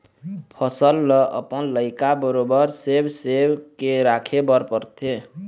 फसल ल अपन लइका बरोबर सेव सेव के राखे बर परथे